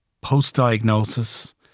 post-diagnosis